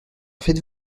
faites